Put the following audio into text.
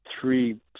three